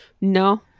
No